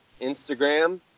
instagram